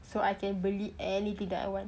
so I can beli anything that I want